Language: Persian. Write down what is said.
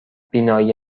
بینایی